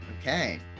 Okay